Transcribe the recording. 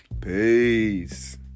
Peace